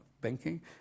banking